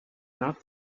not